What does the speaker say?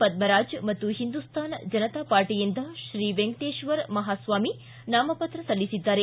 ಪದ್ಮರಾಜ ಮತ್ತು ಹಿಂದುಸ್ತಾನ್ ಜನತಾ ಪಾರ್ಟಿಯಿಂದ ಶ್ರೀ ವೆಂಕಟೇಶ್ವರ ಮಹಾಸ್ವಾಮಿ ನಾಮಪತ್ರ ಸಲ್ಲಿಸಿದ್ದಾರೆ